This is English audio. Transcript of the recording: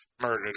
murdered